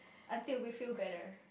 until we feel better